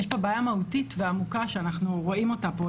יש פה בעיה מהותית ועמוקה שאנחנו רואים אותה פה,